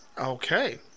Okay